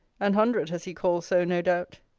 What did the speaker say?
an hundred has he called so no doubt.